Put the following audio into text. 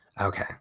okay